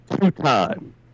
two-time